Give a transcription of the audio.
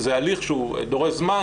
זה הליך שהוא דורש זמן,